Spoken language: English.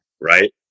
Right